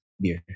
beer